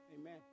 Amen